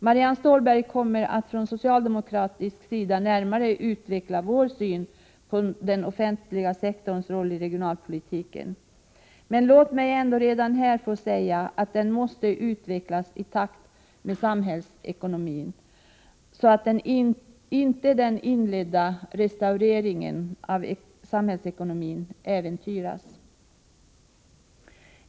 Marianne Stålberg kommer att närmare utveckla vår syn på den offentliga sektorns roll i regionalpolitiken, men låt mig redan här få säga att den måste utvecklas i takt med samhällsekonomin, så att inte den inledda restaureringen av samhällsekonomin äventyras.